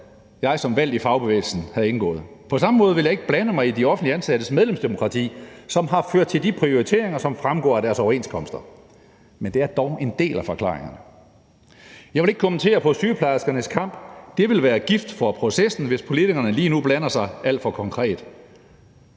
jeg som valgt i fagbevægelsen havde indgået. På samme måde ville jeg ikke blande mig i de offentligt ansattes medlemsdemokrati, som har ført til de prioriteringer, som fremgår af deres overenskomster. Men det er dog en del af forklaringerne. Jeg vil ikke kommentere på sygeplejerskernes kamp, for det vil være gift for processen, hvis politikerne lige nu blander sig alt for konkret.